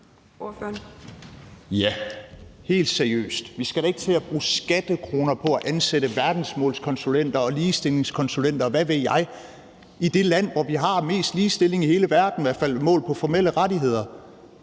Ja, helt seriøst. Vi skal da ikke til at bruge skattekroner på at ansætte verdensmålskonsulenter og ligestillingskonsulenter, og hvad ved jeg, i det land, hvor vi har mest ligestilling i hele verden, i hvert fald målt på formelle rettigheder.